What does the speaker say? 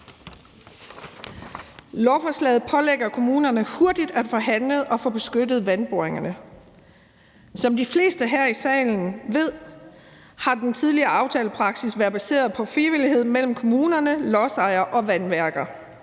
Lovforslaget pålægger kommunerne hurtigt at få handlet og få beskyttet vandboringerne. Som de fleste her i salen ved, har den tidligere aftalepraksis været baseret på frivillighed mellem kommunerne, lodsejere og vandværker